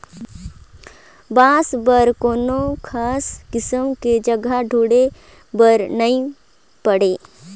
बांस बर कोनो खास किसम के जघा ढूंढे बर नई पड़े